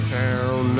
town